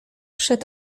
przed